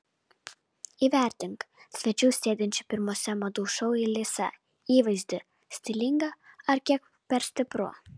įvertink svečių sėdinčių pirmose madų šou eilėse įvaizdį stilinga ar kiek per stipru